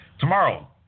Tomorrow